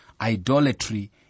Idolatry